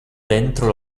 dentro